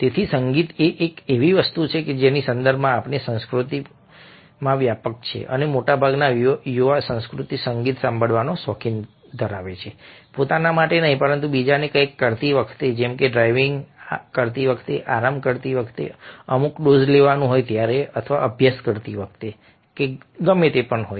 તેથી સંગીત એ એક એવી વસ્તુ છે જે સંદર્ભની આપણી સંસ્કૃતિમાં વ્યાપક છે અને મોટાભાગના યુવા સંસ્કૃતિ સંગીત સાંભળવાનો શોખીન છે પોતાના માટે નહીં પરંતુ બીજું કંઈક કરતી વખતે જેમ કે ડ્રાઇવિંગ આરામ કરવા માટે અમુક ડોઝ લેવાનું અથવા અભ્યાસ કરતી વખતે ગમે તે હોય